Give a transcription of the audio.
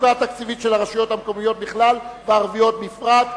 המצוקה התקציבית של הרשויות המקומיות בכלל והערביות בפרט?